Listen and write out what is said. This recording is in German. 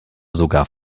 sogar